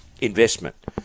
investment